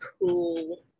cool